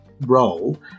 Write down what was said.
role